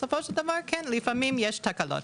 בסופו של דבר, כן, לפעמים יש תקלות.